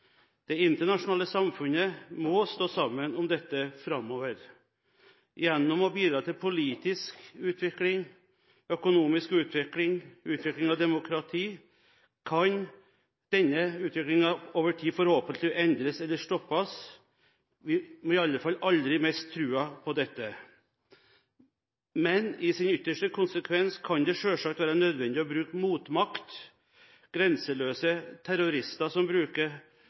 Det internasjonale samfunnet må stå sammen om dette framover. Gjennom å bidra til politisk utvikling, økonomisk utvikling og utvikling av demokrati kan utvikling av slik terrorisme over tid forhåpentligvis endres eller stoppes. Vi må i alle fall aldri miste troen på dette. Men i sin ytterste konsekvens kan det selvsagt være nødvendig å bruke motmakt. Grenseløse terrorister som bruker